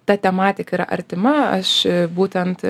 ta tematika yra artima aš būtent